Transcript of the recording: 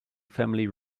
family